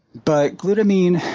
but glutamine,